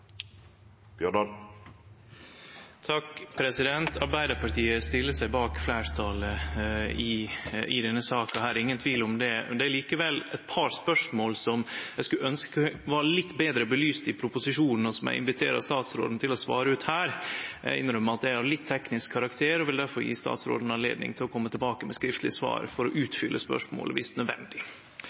ingen tvil om det. Men det er likevel eit par spørsmål som eg skulle ønskje var litt betre belyst i proposisjonen, og som eg inviterer statsråden til å svare ut her. Eg innrømmer at det er av litt teknisk karakter, og vil difor gi statsråden anledning til å kome tilbake med eit skriftleg svar for å utfylle spørsmålet dersom det er nødvendig.